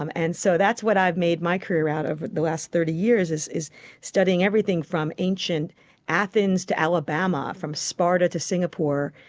um and so that's what i've made my career out of over the last thirty years, is is studying everything from ancient athens to alabama, from sparta to singapore,